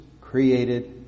created